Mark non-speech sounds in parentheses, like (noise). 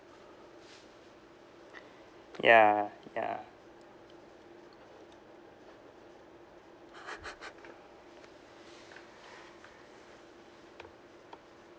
ya ya (noise) (laughs)